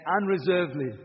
unreservedly